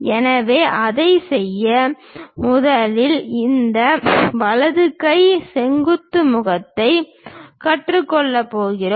எனவே அதைச் செய்ய முதலில் இந்த வலது கை செங்குத்து முகத்தைக் கற்றுக்கொள்ளப் போகிறோம்